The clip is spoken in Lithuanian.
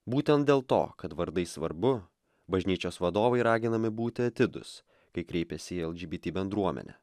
būtent dėl to kad vardai svarbu bažnyčios vadovai raginami būti atidūs kai kreipiasi į lgbt bendruomenę